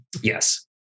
Yes